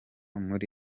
muri